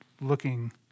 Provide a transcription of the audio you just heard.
looking